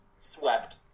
swept